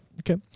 Okay